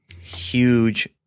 huge